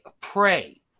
pray